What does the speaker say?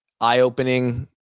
eye-opening